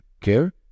care